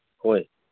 ꯍꯣꯏ